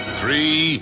Three